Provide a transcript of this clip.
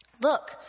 Look